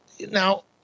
Now